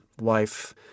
wife